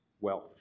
wealth